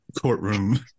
Courtroom